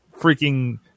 freaking